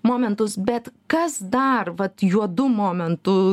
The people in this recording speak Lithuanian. momentus bet kas dar vat juodu momentu